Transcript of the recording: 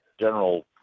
general